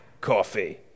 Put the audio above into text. coffee